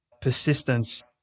persistence